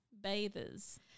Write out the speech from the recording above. bathers